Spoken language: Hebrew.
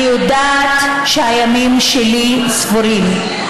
אני יודעת שהימים שלי ספורים,